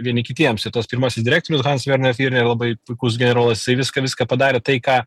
vieni kitiems ir tas pirmasis direktorius hansvernas yra labai puikus generolas jisai viską viską padarė tai ką